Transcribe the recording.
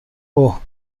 اوه